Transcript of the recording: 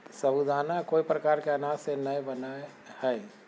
साबूदाना कोय प्रकार के अनाज से नय बनय हइ